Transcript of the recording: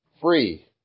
free